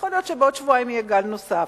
ויכול להיות שבעוד שבועיים יהיה גל נוסף.